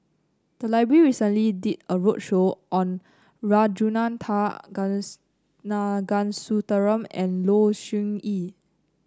the library recently did a roadshow on Ragunathar and Low Siew Nghee